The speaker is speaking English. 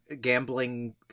gambling